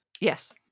Yes